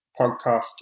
podcast